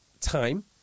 time